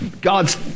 God's